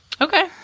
Okay